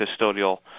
custodial